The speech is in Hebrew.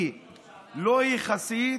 היא לא יחסית,